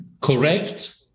correct